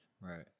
right